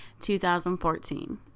2014